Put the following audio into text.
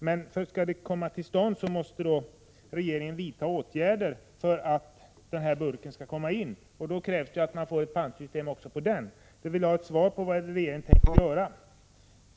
Men skall det komma till stånd måste regeringen vidta åtgärder — då krävs det ett pantsystem också på den. Jag vill ha ett svar på frågan vad regeringen tänker göra på den punkten.